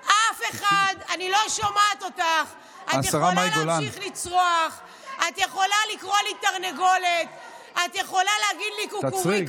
צבועה, אני מאחלת לך לחוות רבע ממה שחוויתי,